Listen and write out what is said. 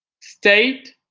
state,